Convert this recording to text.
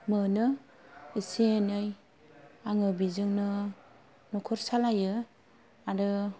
मोनो एसे एनै आङो बेजोंनो नखर सालायो आरो